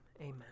amen